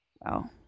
Wow